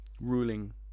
ruling